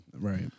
Right